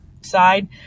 side